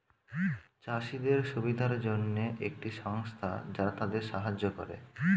চাষীদের সুবিধার জন্যে একটি সংস্থা যারা তাদের সাহায্য করে